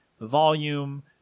volume